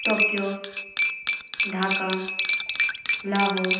Tokyo Dhaka Lahore